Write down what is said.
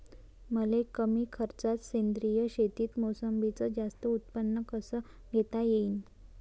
मले कमी खर्चात सेंद्रीय शेतीत मोसंबीचं जास्त उत्पन्न कस घेता येईन?